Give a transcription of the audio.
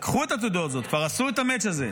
לקחו את תעודות הזהות, כבר עשו את ה-match הזה,